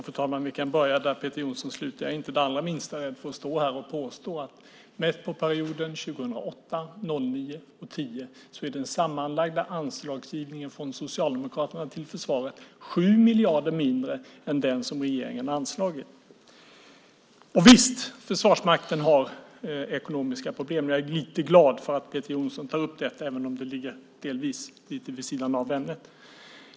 Fru talman! Vi kan börja där Peter Jonsson slutade. Jag är inte det minsta rädd för att stå här och påstå att mätt över perioden 2008, 2009 och 2010 är den sammanlagda anslagsgivningen från Socialdemokraterna till försvaret 7 miljarder mindre än den som regeringen anslagit. Visst, Försvarsmakten har ekonomiska problem. Jag är lite glad att Peter Jonsson tar upp det, även om det delvis ligger vid sidan av ämnet.